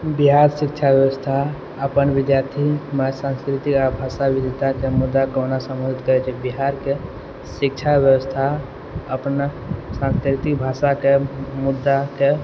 बिहार शिक्षा व्यवस्था अपन विद्यार्थीमे संस्कृति आओर भाषा विविधताके मुद्दाके कोना सम्हलते जे बिहारके शिक्षा व्यवस्था अपना संस्कृति भाषाके मुद्दाके